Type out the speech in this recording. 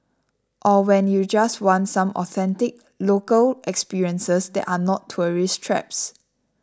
or when you just want some authentic local experiences that are not tourist traps